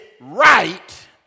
right